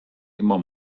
immer